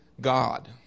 god